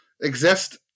exist